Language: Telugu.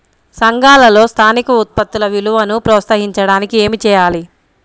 సంఘాలలో స్థానిక ఉత్పత్తుల విలువను ప్రోత్సహించడానికి ఏమి చేయాలి?